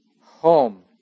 home